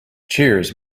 cheers